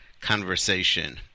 conversation